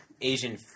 Asian